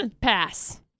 Pass